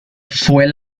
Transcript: fue